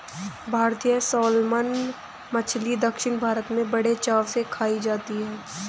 भारतीय सालमन मछली दक्षिण भारत में बड़े चाव से खाई जाती है